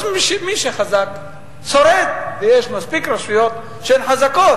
אז מי שחזק שורד, ויש מספיק רשויות שהן חזקות,